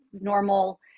normal